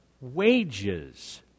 wages